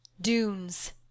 Dunes